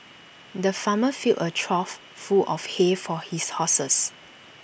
the farmer filled A trough full of hay for his horses